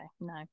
No